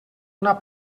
una